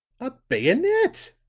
a bayonet,